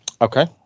Okay